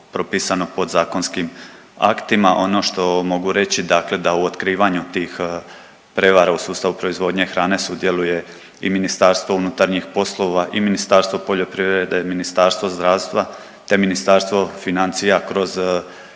propisano podzakonskim aktima. Ono što mogu reći dakle da u otkrivanju tih prevara u sustavu proizvodnje hrane sudjeluje i MUP i Ministarstvo poljoprivrede, Ministarstvo zdravstva, te Ministarstvo financija kroz